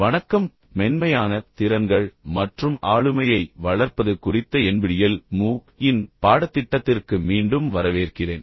வணக்கம் மென்மையான திறன்கள் மற்றும் ஆளுமையை வளர்ப்பது குறித்த NPTEL MOOC இன் பாடத்திட்டத்திற்கு மீண்டும் வரவேற்கிறேன்